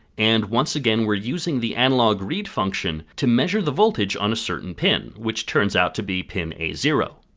and once again we are using the analogread function to measure the voltage on a certain pin, which turns out to be pin a zero.